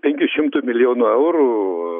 penkių šimtų milijonų eurų